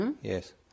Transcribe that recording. Yes